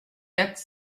quatre